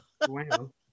Wow